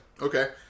okay